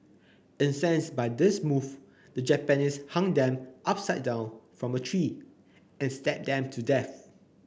incensed by this move the Japanese hung them upside down from a tree and stabbed them to death